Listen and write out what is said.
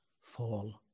fall